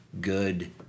good